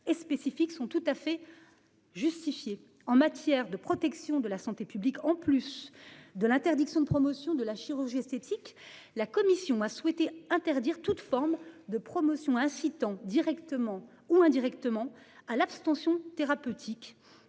spécifiques sont tout à fait. Justifiée en matière de protection de la santé publique. En plus de l'interdiction de promotion de la chirurgie esthétique. La commission a souhaité interdire toute forme de promotion incitant directement ou indirectement à l'abstention thérapeutique